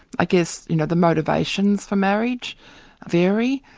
i guess you know the motivations for marriage vary,